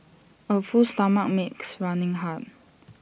A full stomach makes running hard